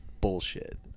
bullshit